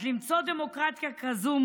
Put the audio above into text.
אז למצוא דמוקרטיה כזאת,